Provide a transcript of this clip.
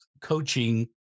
coaching